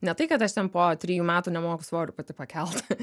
ne tai kad aš jam po trijų metų nemoku svorių pati pakelt